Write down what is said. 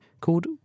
called